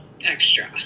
extra